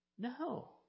No